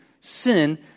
sin